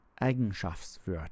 Eigenschaftswörter